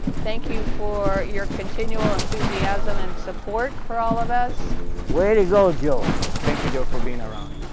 thank you for your continual enthusiasm and support for all of us way to go, jo! thank you joe for being around.